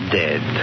dead